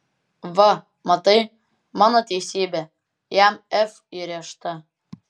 va matai mano teisybė jam f įrėžta